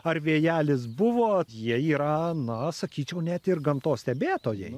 ar vėjelis buvo jie yra na sakyčiau net ir gamtos stebėtojai